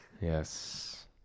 Yes